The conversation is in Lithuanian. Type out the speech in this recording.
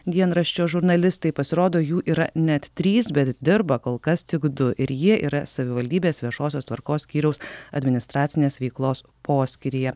dienraščio žurnalistai pasirodo jų yra net trys bet dirba kol kas tik du ir jie yra savivaldybės viešosios tvarkos skyriaus administracinės veiklos poskyryje